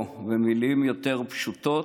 או במילים יותר פשוטות,